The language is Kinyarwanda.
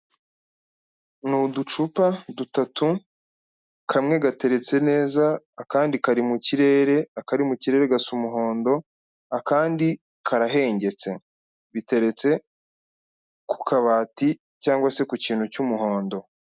Ni uducupa dutatu, kamwe gateretse neza, akandi kari mu kirere, akari mu kirere gasa umuhondo, akandi karahengetse, biteretse ku kabati, cyangwa se ku kintu cy'umuhondo.